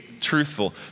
truthful